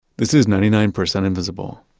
this is ninety nine percent invisible.